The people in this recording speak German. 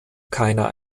keiner